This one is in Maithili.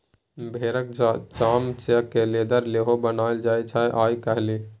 भेराक चाम सँ लेदर सेहो बनाएल जाइ छै आइ काल्हि